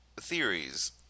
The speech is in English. theories